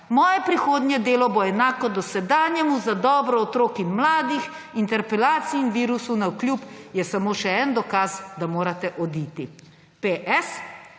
»Moje prihodnje delo bo enako dosedanjemu, za dobro otrok in mladih, interpelaciji in virusu navkljub,« je samo še en dokaz, da morate oditi. P.